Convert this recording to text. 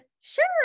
Sure